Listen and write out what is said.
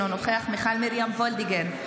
אינו נוכח מיכל מרים וולדיגר,